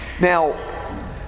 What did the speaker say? now